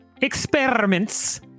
experiments